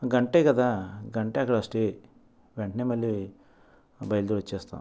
గంటే కదా గంటే అక్కడ స్టే వెంటనే మళ్ళీ బయలుదేరి వచ్చేస్తాం